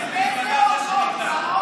מאיזו מפלגה זה שנרדם?